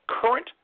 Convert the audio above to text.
current